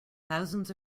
thousands